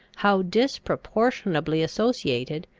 how disproportionably associated,